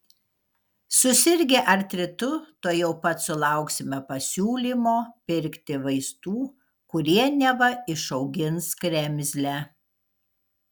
susirgę artritu tuojau pat sulauksime pasiūlymo pirkti vaistų kurie neva išaugins kremzlę